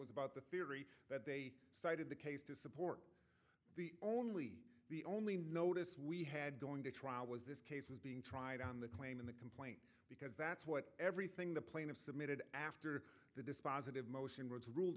was about the theory that they cited the case to support the only the only notice we had going to trial was this case was being tried on the claim in the complaint because that's what everything the plane of submitted after the dispositive motion was ruled